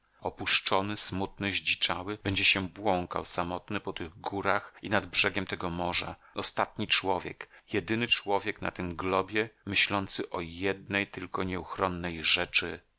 opuszczony smutny zdziczały będzie się błąkał samotny po tych górach i nad brzegiem tego morza ostatni człowiek jedyny człowiek na tym globie myślący o jednej tylko nieuchronnej rzeczy